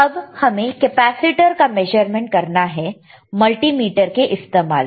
अब हमें इस कैपेसिटर का मेज़रमेंट करना है मल्टीमीटर के इस्तेमाल से